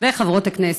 וחברות הכנסת,